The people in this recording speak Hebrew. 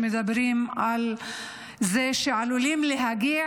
מדברים על זה שעלולים להגיע,